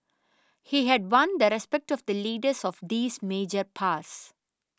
he had won the respect of the leaders of these major powers